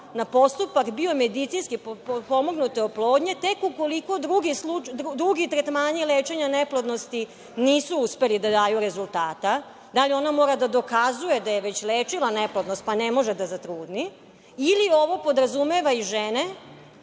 na postupak biomedicinski potpomognute oplodnje tek ukoliko drugi tretmani lečenja neplodnosti nisu uspeli da daju rezultata? Da li ona mora da dokazuje da je već lečila neplodnost, pa ne može da zatrudni ili ovo podrazumeva i žene